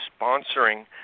sponsoring